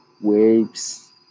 waves